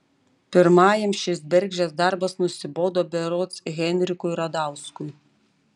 pirmajam šis bergždžias darbas nusibodo berods henrikui radauskui